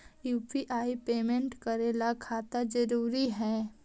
UPI payment करे ला खाता जरूरी है?